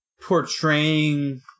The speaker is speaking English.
portraying